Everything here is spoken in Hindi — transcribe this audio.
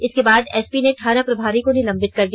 इसके बाद एसपी ने थाना प्रभारी को निलंबित कर दिया